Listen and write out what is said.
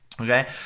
Okay